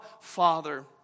Father